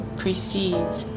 precedes